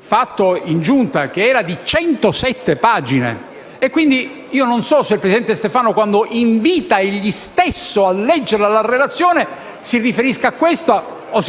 fatto in Giunta, che era di 107 pagine. Non so se il presidente Stefano, quando invita (egli stesso) a leggere la relazione, si riferisca a questa o